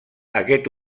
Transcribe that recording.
aquest